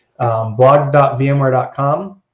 Blogs.vmware.com